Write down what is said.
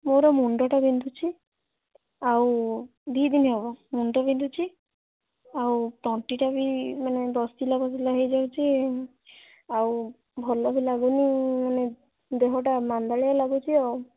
ମୋର ମୁଣ୍ଡଟା ବିନ୍ଧୁଛି ଆଉ ଦୁଇ ଦିନ ହେବ ମୁଣ୍ଡ ବିନ୍ଧୁଛି ଆଉ ତଣ୍ଟିଟା ବି ମାନେ ବସିଲା ବସିଲା ହେଇଯାଉଛି ଆଉ ଭଲ ବି ଲାଗୁନି ମାନେ ଦେହଟା ମାନ୍ଦାଳିଆ ଲାଗୁଛି ଆଉ